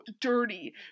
dirty